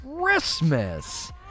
Christmas